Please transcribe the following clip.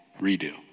redo